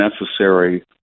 necessary